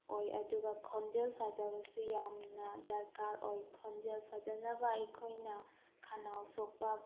ꯑꯣꯏ ꯑꯗꯨꯒ ꯈꯣꯟꯖꯦꯜ ꯐꯖꯕꯁꯨ ꯌꯥꯝꯅ ꯗꯔꯀꯥꯔ ꯑꯣꯏ ꯈꯣꯟꯖꯦꯜ ꯐꯖꯅꯕ ꯑꯩꯈꯣꯏꯅ ꯈꯅꯥꯎ ꯁꯣꯛꯄ